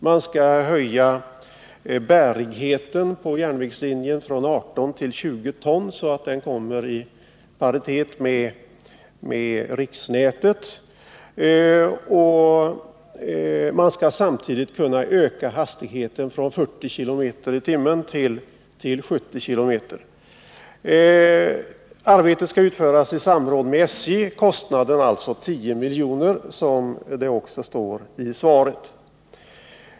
Man skall höja bärigheten på järnvägslinjen från 18 till 20 ton, så att den kommer i paritet med riksnätet. Vidare skall man samtidigt kunna öka hastigheten från 40 km tim. Arbetet skall utföras i samråd med SJ. Kostnaden skall alltså hålla sig inom en tiomiljonersram, vilket också framhålls i svaret.